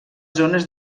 zones